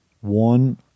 one